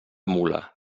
mula